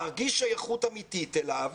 להרגיש שייכות אמיתית אליו,